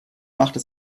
machte